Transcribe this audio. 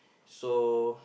so